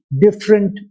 different